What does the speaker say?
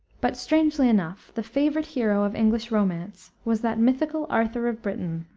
but, strangely enough, the favorite hero of english romance was that mythical arthur of britain,